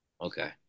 Okay